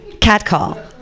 catcall